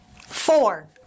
Four